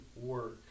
work